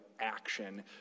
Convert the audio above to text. action